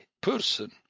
person